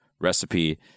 recipe